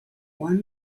one